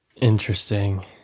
Interesting